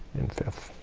and fifth